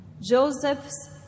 Joseph's